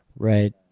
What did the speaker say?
right.